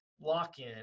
lock-in